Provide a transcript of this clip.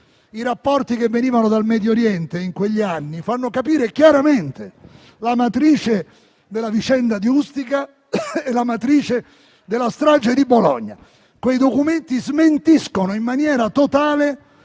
I rapporti che venivano dal Medio Oriente in quegli anni fanno capire chiaramente la matrice della vicenda di Ustica e della strage di Bologna. Quei documenti smentiscono in maniera totale